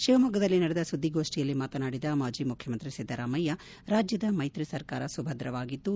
ಶಿವಮೊಗ್ಗದಲ್ಲಿ ನಡೆದ ಸುದ್ದಿಗೋಷ್ಠಿಯಲ್ಲಿ ಮಾತನಾಡಿದ ಮಾಜಿ ಮುಖ್ಯ ಮಂತ್ರಿ ಸಿದ್ದರಾಮಯ್ತ ರಾಜ್ಜದ ಮೈತ್ರಿ ಸರ್ಕಾರ ಸುಭದ್ರವಾಗಿದ್ದು